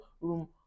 room